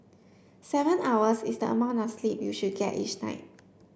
seven hours is the amount of sleep you should get each night